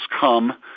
come